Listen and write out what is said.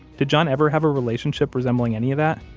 did john ever have a relationship resembling any of that,